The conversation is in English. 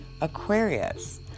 Aquarius